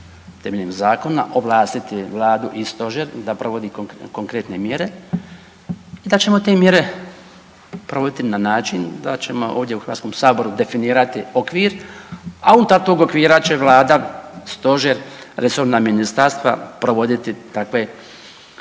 temeljem zakona ovlastiti Vladu i stožer da provodi konkretne mjere, da ćemo te mjere provoditi na način da ćemo ovdje u Hrvatskom saboru definirati okvir, a unutar tog okvira će Vlada, stožer, resorna ministarstva provoditi takve